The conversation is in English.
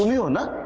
you and